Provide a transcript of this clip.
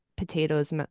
potatoes